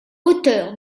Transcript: auteur